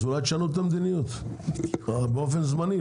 אז אולי תשנו את המדיניות באופן זמני,